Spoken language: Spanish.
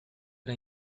era